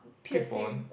piercing